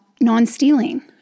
non-stealing